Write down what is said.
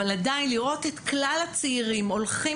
אבל עדיין לראות את כלל הצעירים הולכים